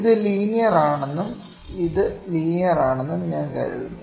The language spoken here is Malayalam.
ഇത് ലീനിയർ ആണെന്നും ഇത് ലീനിയർ ആണെന്നും ഞാൻ കരുതുന്നു